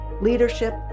leadership